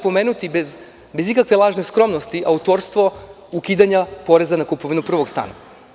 Pomenuću bez ikakve lažne skromnosti autorstvo ukidanja poreza na kupovinu prvog stana.